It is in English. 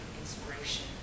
inspiration